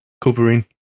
covering